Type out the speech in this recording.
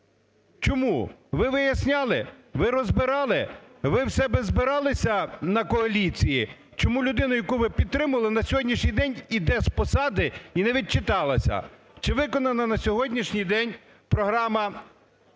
Чому? Ви виясняли? Ви розбирали? Ви в себе збиралися на коаліції? Чому людина, яку ви підтримували, на сьогоднішній день йде з посади і не відчиталася, чи виконана на сьогоднішній день програма приватизація,